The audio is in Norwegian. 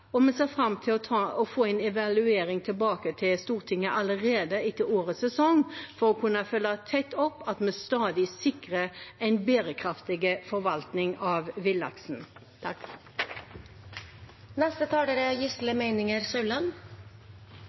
Vi ser fram til å få en evaluering tilbake til Stortinget allerede etter årets sesong for å kunne følge tett opp at vi stadig sikrer en bærekraftig forvaltning av villaksen.